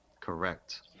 Correct